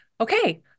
Okay